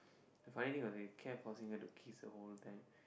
the funny thing was he kept forcing her to kiss the whole time